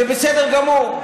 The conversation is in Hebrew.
זה בסדר גמור.